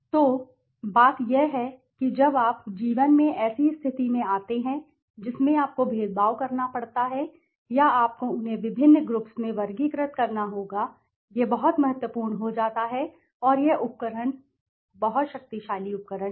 तो बात यह है कि जब आप जीवन में ऐसी स्थिति में आते हैं जिसमें आपको भेदभाव करना पड़ता है या आपको उन्हें विभिन्न ग्रुप्स में वर्गीकृत करना होगा यह बहुत महत्वपूर्ण हो जाता है और यह उपकरण बहुत बहुत शक्तिशाली उपकरण है